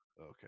Okay